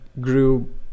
grew